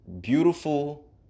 beautiful